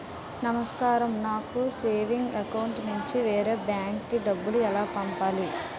నమస్కారం నాకు savings account నుంచి వేరే బ్యాంక్ కి డబ్బు ఎలా పంపాలి?